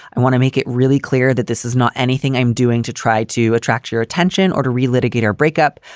and want to make it really clear that this is not anything i'm doing to try to attract your attention or to relitigate her breakup.